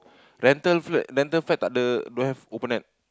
rental fl~ rental flat tak ada don't have open net